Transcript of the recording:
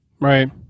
Right